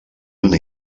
una